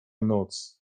noc